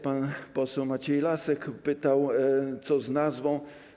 Pan poseł Maciej Lasek pytał, co z nazwą.